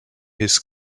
his